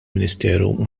ministeru